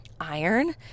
iron